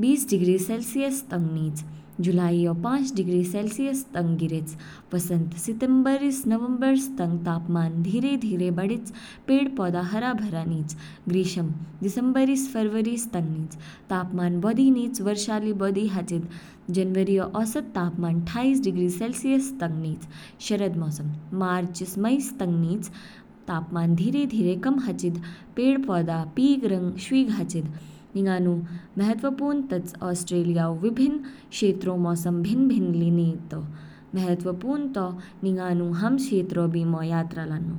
बीस degree Celsius तंग निज, जुलाईऔ पॉच डिग्री सेलसियस तंग गिरेच। वसंत, सितंबर स नवंबर तंग, तापमान धीरे-धीरे बढ़ेच, पेड़ पौधे हरे भरे निच। ग्रीष्म, दिसंबर स फरवरीस तंग निच, तापमान बौधि निच वर्षा ली बौधि हाचिद, जनवरीऔ औसत तापमान अठाईस डिग्री सेलसियस तंग निच। शरद, मार्च ईस मई सतंग निच, तापमान धीरे धीरे कम हाचिद, पेड़ पौधे पीग रंग शवीग हाचिद। निंगानु महत्वपूर्ण तच ऑस्ट्रेलिया ऊ विभिन्न क्षेत्रों मौसम भिन्न भिन्न ली नीतौ, महत्वपूर्ण तौ निंगानु हाम क्षेत्रों बीमो यात्रा लान्नौ।